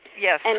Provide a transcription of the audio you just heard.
Yes